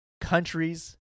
Countries